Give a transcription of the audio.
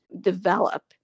develop